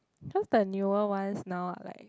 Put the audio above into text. cause the newer ones now are like